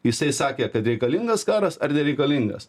jisai sakė kad reikalingas karas ar nereikalingas